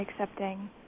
accepting